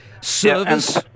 service